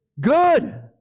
Good